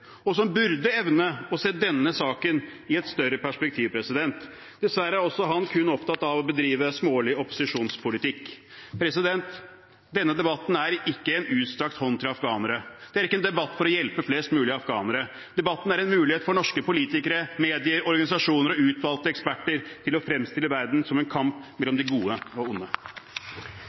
og som burde evne å se denne saken i et større perspektiv. Dessverre er også han kun opptatt av å bedrive smålig opposisjonspolitikk. Denne debatten er ikke en utstrakt hånd til afghanere. Det er ikke en debatt for å hjelpe flest mulig afghanere. Debatten er en mulighet for norske politikere, medier, organisasjoner og utvalgte eksperter til å fremstille verden som en kamp mellom de gode og de onde.